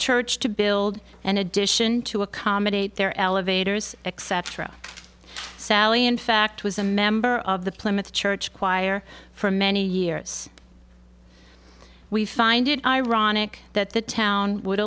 church to build an addition to accommodate their elevators except through sally in fact was a member of the plymouth church choir for many years we find it ironic that the town would